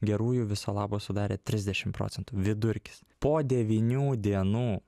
gerųjų viso labo sudarė trisdešim procentų vidurkis po devynių dienų